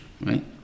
right